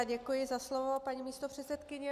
Děkuji za slovo, paní místopředsedkyně.